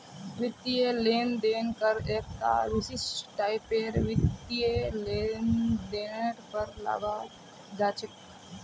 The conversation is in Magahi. वित्तीय लेन देन कर एकता विशिष्ट टाइपेर वित्तीय लेनदेनेर पर लगाल जा छेक